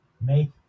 make